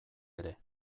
ere